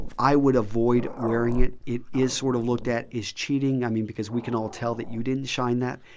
i would avoid wearing it. it is sort of looked at as cheating i mean because we can all tell that you didn't shine that.